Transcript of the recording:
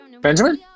Benjamin